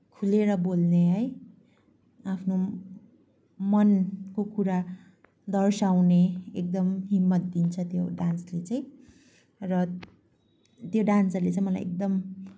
खुलेर बोल्ने है आफ्नो मनको कुरा दर्साउने एकदम हिम्मत दिन्छ त्यो डान्सले चाहिँ र त्यो डान्सरले चाहिँ मलाई एकदम